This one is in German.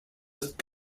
ist